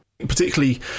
particularly